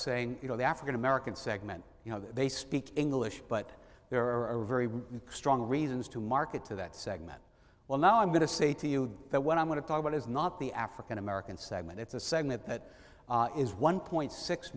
saying you know the african american segment you know they speak english but there are very strong reasons to market to that segment well now i'm going to say to you that what i'm going to talk about is not the african american segment it's a saying that is one point six